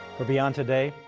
for beyond today,